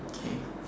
K